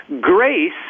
Grace